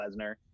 Lesnar